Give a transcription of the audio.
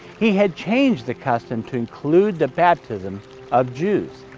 he had changed the custom to include the baptism of jews.